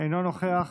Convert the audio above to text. אינו נוכח.